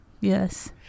Yes